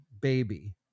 baby